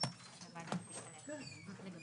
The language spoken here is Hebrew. ננעלה בשעה 12:54.